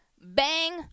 Bang